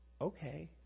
Okay